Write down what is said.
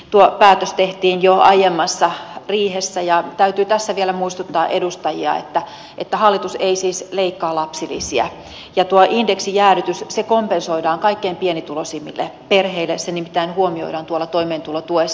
tuo päätös tehtiin jo aiemmassa riihessä ja täytyy tässä vielä muistuttaa edustajia että hallitus ei siis leikkaa lapsilisiä ja tuo indeksijäädytys kompensoidaan kaikkein pienituloisimmille perheille se nimittäin huomioidaan tuolla toimeentulotuessa